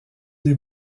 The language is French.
des